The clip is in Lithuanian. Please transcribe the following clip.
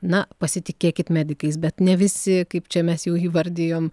na pasitikėkit medikais bet ne visi kaip čia mes jau įvardijom